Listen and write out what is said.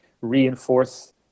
reinforce